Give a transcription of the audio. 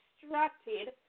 distracted